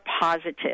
positive